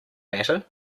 matter